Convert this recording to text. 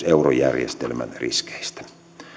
eurojärjestelmän riskeistä